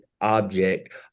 object